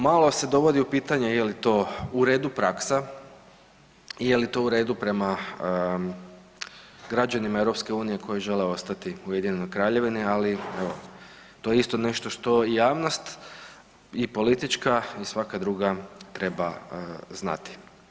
Malo se dovodi u pitanje je li to u redu praksa i je li to u redu prema građanima EU koji žele ostati u Ujedinjenoj Kraljevini, ali evo to je isto nešto što javnost i politička i svaka druga treba znati.